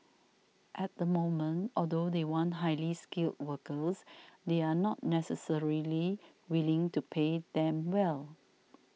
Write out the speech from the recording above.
at the moment although they want highly skilled workers they are not necessarily willing to pay them well